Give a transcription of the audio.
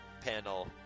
panel